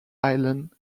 islands